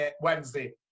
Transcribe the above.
Wednesday